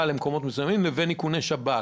למקומות מסוימים לבין איכוני השב"כ?